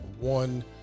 one